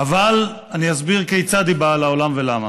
אבל אני אסביר כיצד היא באה לעולם ולמה.